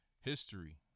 history